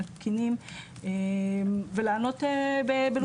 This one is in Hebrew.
התקינים, ולענות בלוחות זמנים.